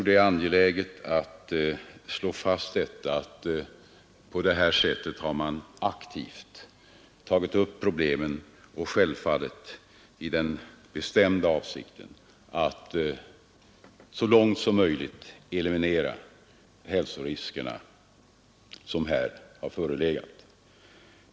Det är angeläget att slå fast att man på det här sättet har aktivt tagit upp problemet, självfallet med den bestämda föresatsen att så långt som möjligt eliminera de hälsorisker som här har förelegat.